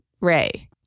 Ray